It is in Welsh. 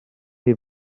chi